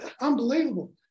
unbelievable